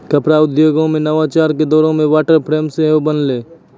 कपड़ा उद्योगो मे नवाचार के दौरो मे वाटर फ्रेम सेहो बनलै